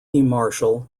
marshall